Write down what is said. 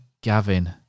Gavin